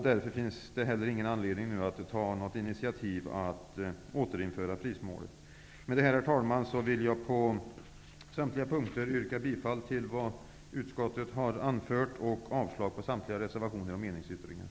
Därför finns det inte heller någon anledning att ta något initiativ för att återinföra prismålet. Herr talman! Med detta vill jag yrka bifall till vad utskottet har anfört på samtliga punkter och avslag på samtliga reservationer och meningsyttringar.